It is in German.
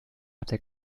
hatte